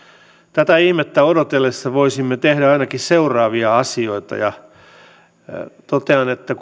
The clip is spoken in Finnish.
tätä ihmettä odotellessa voisimme tehdä ainakin seuraavia asioita ja totean että